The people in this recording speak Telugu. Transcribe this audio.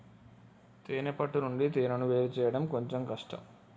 తేనే పట్టు నుండి తేనెను వేరుచేయడం కొంచెం కష్టం